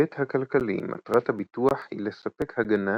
בהיבט הכלכלי מטרת הביטוח היא לספק הגנה